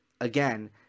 again